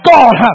God